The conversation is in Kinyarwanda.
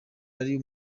ari